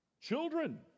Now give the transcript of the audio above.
children